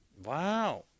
Wow